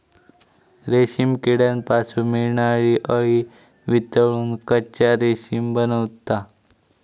रेशीम किड्यांपासून मिळणारी अळी वितळून कच्चा रेशीम बनता